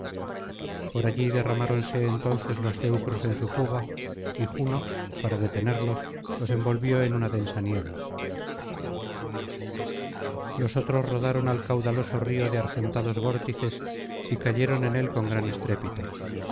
por allí derramáronse entonces los teucros en su fuga y juno para detenerlos los envolvió en una densa niebla los otros rodaron al caudaloso río de argentados vórtices y cayeron en él con gran estrépito